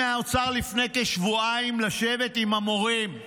לפני כשבועיים ביקשתי מהאוצר לשבת עם המורים,